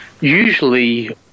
Usually